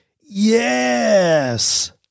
Yes